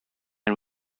and